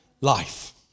life